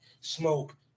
smoke